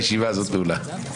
הישיבה הזאת נעולה.